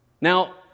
Now